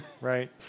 Right